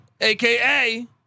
aka